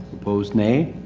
opposed naye.